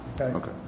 Okay